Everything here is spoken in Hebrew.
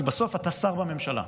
כי בסוף אתה שר בממשלה.